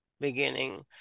beginning